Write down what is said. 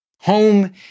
Home